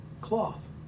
Cloth